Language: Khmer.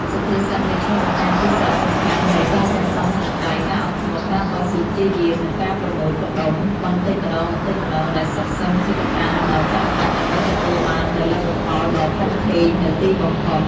សុភាសិតនេះឆ្លុះបញ្ចាំងពីសារៈសំខាន់នៃ ការសន្សំសំចៃ ការអត់ធ្មត់ ការតស៊ូព្យាយាម និងការប្រមូលផ្តុំបន្តិចម្តងៗ ដែលសុទ្ធសឹងជាកត្តាដ៏ចាំបាច់ដើម្បីទទួលបាននូវលទ្ធផលដ៏ធំធេងនៅទីបំផុត។